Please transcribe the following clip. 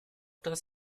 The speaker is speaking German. das